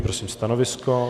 Prosím stanovisko.